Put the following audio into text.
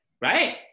right